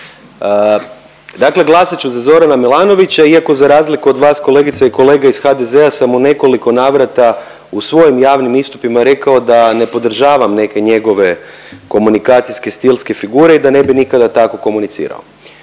Dakle, glasat ću za Zorana Milanovića iako za razliku od vas kolegice i kolege iz HDZ-a sam u nekoliko navrata u svojim javnim istupima rekao da ne podržavam neke njegove komunikacijske stilske figure i da ne bi nikada tako komunicirao.